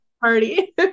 party